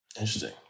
Interesting